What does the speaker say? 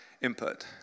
input